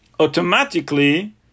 Automatically